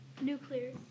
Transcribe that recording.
Nuclear